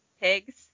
pigs